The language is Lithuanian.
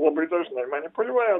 labai dažnai manipuliuoja